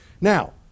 Now